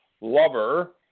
lover